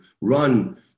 run